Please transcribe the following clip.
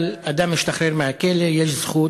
3 נאומים בני דקה 3 יואב בן צור (ש"ס):